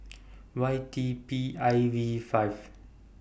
Y D P I V five